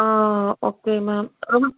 ஆ okay ma'am ஆனால்